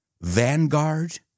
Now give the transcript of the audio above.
Vanguard